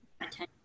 attention